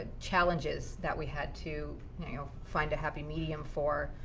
ah challenges that we had to find a happy medium for.